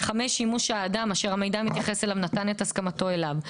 (5)שימוש שהאדם אשר המידע מתייחס אליו נתן את הסכמתו אליו,